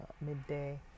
midday